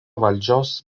valdžios